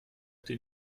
den